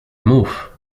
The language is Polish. mów